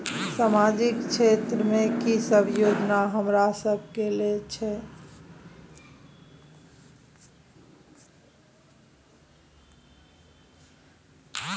सामाजिक क्षेत्र में की सब योजना हमरा सब के लेल छै?